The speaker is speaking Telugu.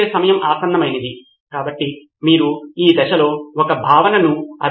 టీచర్ ఆమె నోట్స్ లేదా సన్నాహక విషయాలు అప్లోడ్ చేయవచ్చు నితిన్ కురియన్ విషయాలు